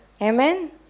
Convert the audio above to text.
Amen